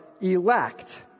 elect